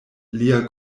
lia